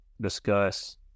discuss